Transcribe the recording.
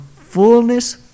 fullness